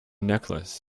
necklace